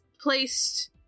placed